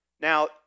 Now